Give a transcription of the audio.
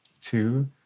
two